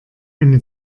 eine